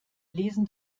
lesen